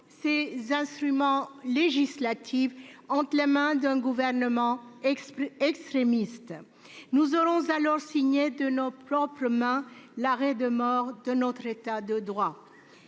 ces instruments législatifs entre les mains d'un gouvernement extrémiste ? Nous aurons alors signé de nos propres mains l'arrêt de mort de notre État de droit.